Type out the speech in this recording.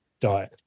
diet